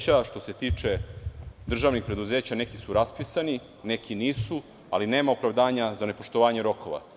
Što se tiče državnih preduzeća, neki su raspisani, neki nisu, ali nema opravdanja za nepoštovanje rokova.